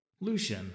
Lucian